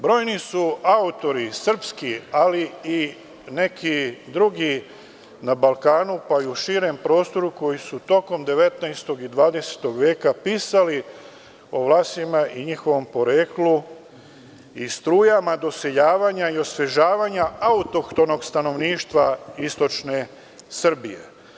Brojni su autori srpski, ali i neki drugi na Balkanu, pa i u širem prostoru, koji su tokom 19. i 20. veka pisali o Vlasima i njihovom poreklu i strujama doseljavanja i osvežavanja autohtonog stanovništva istočne Srbije.